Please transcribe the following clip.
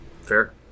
fair